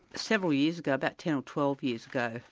several years ago, about ten or twelve years ago,